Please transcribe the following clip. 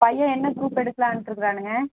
பையன் என்ன குரூப்பு எடுக்கலான்ட்டு இருக்கிறானுங்க